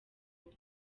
prof